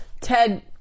Ted